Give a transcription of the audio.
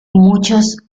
muchos